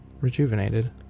rejuvenated